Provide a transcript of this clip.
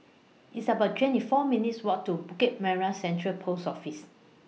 It's about twenty four minutes' Walk to Bukit Merah Central Post Office